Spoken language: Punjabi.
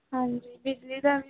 ਹਾਂਜੀ ਬਿਜਲੀ ਦਾ ਵੀ